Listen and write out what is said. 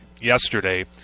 yesterday